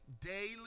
daily